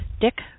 dick